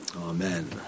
Amen